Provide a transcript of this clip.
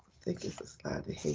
think it's the slides